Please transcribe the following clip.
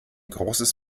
großes